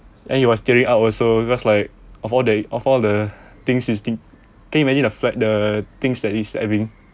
and he was tearing up also because like of all the of all the things he think can you imagine imagine a flat the things that he's having